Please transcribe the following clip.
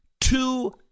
two